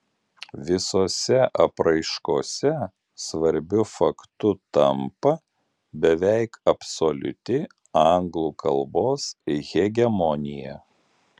visose apraiškose svarbiu faktu tampa beveik absoliuti anglų kalbos hegemonija